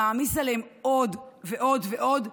מעמיס עליהם עוד ועוד ועוד.